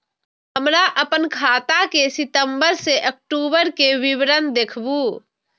हमरा अपन खाता के सितम्बर से अक्टूबर के विवरण देखबु?